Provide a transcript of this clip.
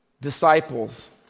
disciples